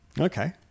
Okay